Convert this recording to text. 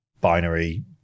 binary